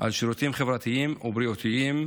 על שירותים חברתיים ובריאותיים,